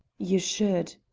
you should.